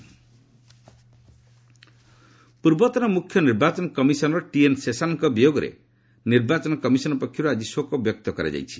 EC TN Seshan ପୂର୍ବତନ ମୁଖ୍ୟ ନିର୍ବାଚନ କମିଶନର୍ ଟିଏନ୍ ଶେଷାନ୍ଙ୍କ ବିୟୋଗରେ ନିର୍ବାଚନ କମିଶନ୍ ପକ୍ଷରୁ ଆଜି ଶୋକ ବ୍ୟକ୍ତ କରାଯାଇଛି